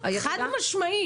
חד-משמעית.